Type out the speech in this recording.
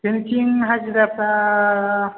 जोंनिथिं हाजिराफ्रा